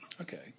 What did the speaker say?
Okay